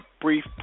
brief